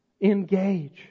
Engage